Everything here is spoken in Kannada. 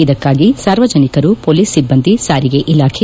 ಇದಕ್ಕಾಗಿ ಸಾರ್ವಜನಿಕರು ಪೊಲೀಸ್ ಸಿಬ್ಬಂದಿ ಸಾರಿಗೆ ಇಲಾಖೆ